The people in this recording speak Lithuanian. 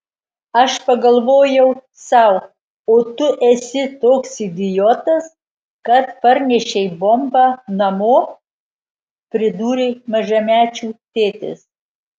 aš pagalvojau sau o tu esi toks idiotas kad parnešei bombą namo pridūrė mažamečių tėtis